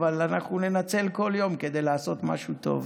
אבל אנחנו ננצל כל יום כדי לעשות משהו טוב.